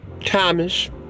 Thomas